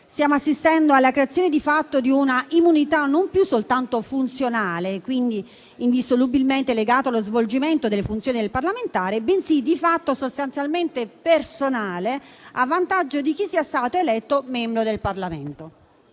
stiamo assistendo alla creazione di fatto di una immunità non più soltanto funzionale, quindi indissolubilmente legata allo svolgimento delle funzioni del parlamentare, bensì di fatto sostanzialmente personale, a vantaggio di chi sia stato eletto membro del Parlamento.